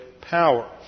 power